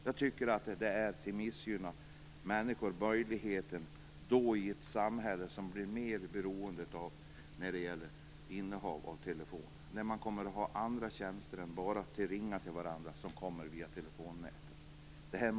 Jag tycker att det är missgynna människor i ett samhälle där de blir mer beroende av innehav av telefon. Även andra tjänster än telefonsamtal får man i dag via telenätet.